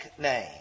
name